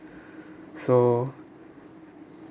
so